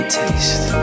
taste